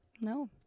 No